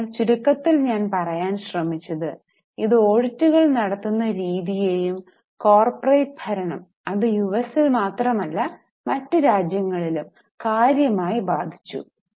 അതിനാൽ ചുരുക്കത്തിൽ ഞാൻ പറയാൻ ശ്രമിച്ചത് ഇത് ഓഡിറ്റുകൾ നടത്തുന്ന രീതിയെയും കോർപ്പറേറ്റ് ഭരണം അത് യുഎസിൽ മാത്രമല്ല മറ്റ് രാജ്യങ്ങളിലും കാര്യമായി ബാധിച്ചു